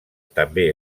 també